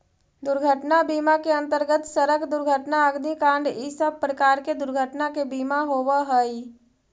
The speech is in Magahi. दुर्घटना बीमा के अंतर्गत सड़क दुर्घटना अग्निकांड इ सब प्रकार के दुर्घटना के बीमा होवऽ हई